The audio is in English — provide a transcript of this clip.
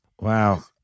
Wow